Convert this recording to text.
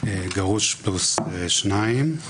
גרוש פלוס שניים.